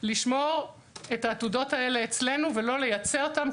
לשמור את העתודות האלה אצלנו ולא לייצא אותן,